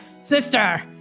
sister